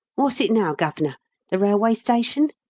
wot's it now, gov'nor the railway station?